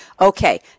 Okay